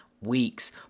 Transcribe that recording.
weeks